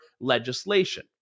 legislation